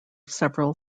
several